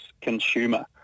consumer